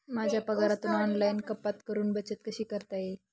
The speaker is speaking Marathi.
माझ्या पगारातून ऑनलाइन कपात करुन बचत कशी करता येईल?